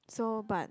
so but